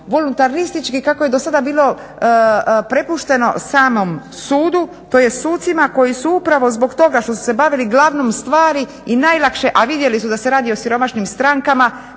voluntaristički kako je do sada bilo prepušteno samom sudu, tj sudcima koji su upravo zbog toga što su se bavili glavnom stvari i najlakše, a vidjeli su da se radi o siromašnim strankama